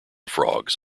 frogs